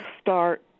start